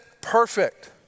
perfect